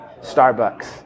Starbucks